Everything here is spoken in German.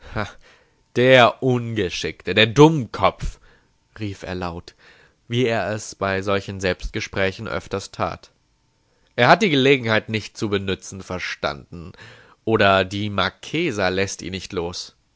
der ungeschickte der dummkopf rief er laut wie er es bei solchen selbstgesprächen öfters tat er hat die gelegenheit nicht zu benützen verstanden oder die marchesa läßt ihn nicht los